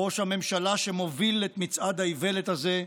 ראש הממשלה, שמוביל את מצעד האיוולת הזה,